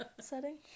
setting